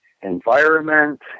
environment